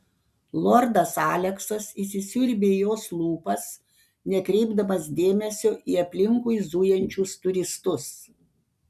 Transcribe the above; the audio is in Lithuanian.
lordas aleksas įsisiurbė į jos lūpas nekreipdamas dėmesio į aplinkui zujančius turistus